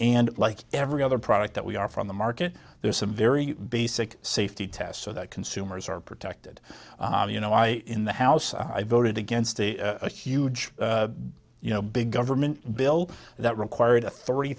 and like every other product that we are from the market there are some very basic safety tests so that consumers are protected you know i in the house i voted against a huge you know big government bill that required a three